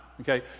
okay